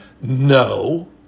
No